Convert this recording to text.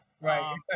right